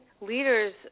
leaders